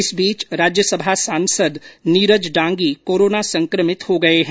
इस बीच राज्यसभा सांसद नीरज डांगी कोरोना संक्रमित हो गए है